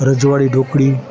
રજવાડી ઢોકળી